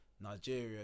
Nigeria